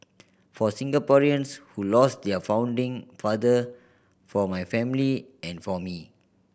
for Singaporeans who lost their founding father for my family and for me